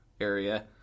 area